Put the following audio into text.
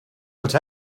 but